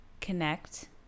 connect